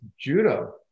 judo